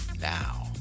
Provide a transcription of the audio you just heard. Now